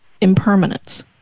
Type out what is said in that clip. impermanence